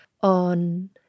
on